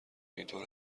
اینطور